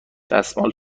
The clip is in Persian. دستمال